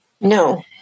no